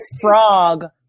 frog